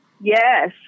Yes